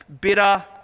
bitter